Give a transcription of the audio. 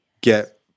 get